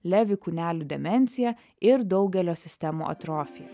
levi kūnelių demenciją ir daugelio sistemų atrofiją